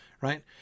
right